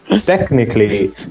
technically